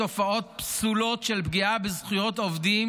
תופעות פסולות של פגיעה בזכויות עובדים